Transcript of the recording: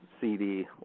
CD